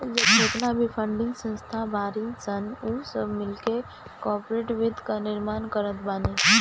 जेतना भी फंडिंग संस्था बाड़ीन सन उ सब मिलके कार्पोरेट वित्त कअ निर्माण करत बानी